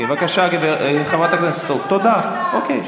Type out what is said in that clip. תודה רבה.